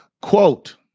quote